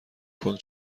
کنگ